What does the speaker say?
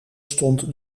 stond